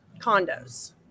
condos